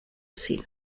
cid